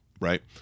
right